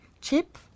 cheap